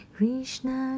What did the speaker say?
Krishna